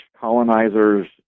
colonizers